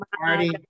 party